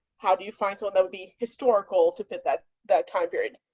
how do you find someone that would be historical to fit that that time period.